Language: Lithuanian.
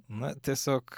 na tiesiog